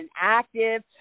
active